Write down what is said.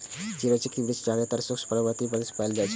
चिरौंजीक वृक्ष जादेतर शुष्क पर्वतीय प्रदेश मे पाएल जाइ छै